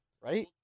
right